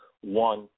one